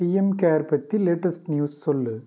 PM care பற்றி latest news சொல்